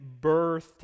birthed